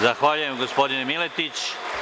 Zahvaljujem gospodine Miletić.